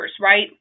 right